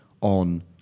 on